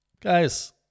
guys